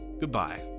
Goodbye